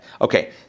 Okay